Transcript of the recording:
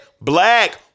Black